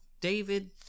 David